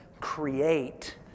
create